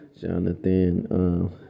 Jonathan